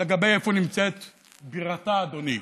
לגבי איפה נמצאת בירתה, אדוני.